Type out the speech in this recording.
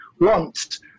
wants